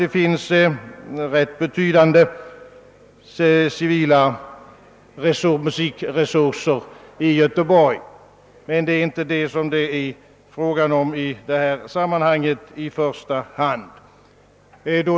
Det finns ganska betydande civila musikresurser i Göteborg. Men det är inte den saken det gäller i första hand.